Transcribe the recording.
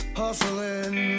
hustling